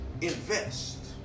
invest